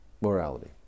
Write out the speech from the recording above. morality